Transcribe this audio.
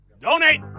donate